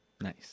Nice